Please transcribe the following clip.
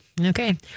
Okay